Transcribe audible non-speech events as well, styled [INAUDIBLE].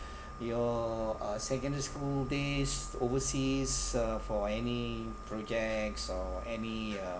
[BREATH] your uh secondary school days overseas uh for any projects or any uh